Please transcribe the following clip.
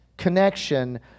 connection